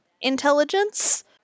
intelligence